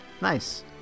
Nice